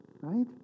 right